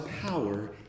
power